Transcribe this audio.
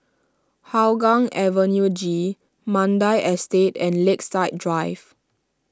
Hougang Avenue G Mandai Estate and Lakeside Drive